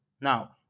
Now